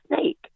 snake